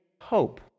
hope